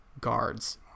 Guards